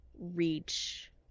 reach